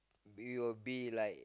we will be like